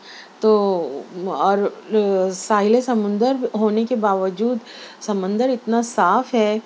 تو اور ساحل سمندر ہونے کے باوجود سمندر اتنا صاف ہے